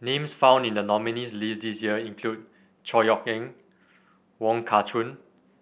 names found in the nominees' list this year include Chor Yeok Eng Wong Kah Chun